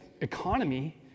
economy